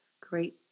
Great